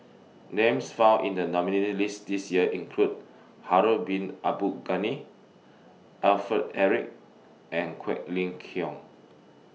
Names found in The nominees' list This Year include Harun Bin Abdul Ghani Alfred Eric and Quek Ling Kiong